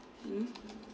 mm